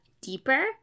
deeper